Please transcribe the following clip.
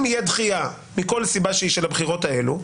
אם תהיה דחייה מכל סיבה שהיא של הבחירות האלה,